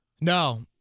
No